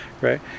Right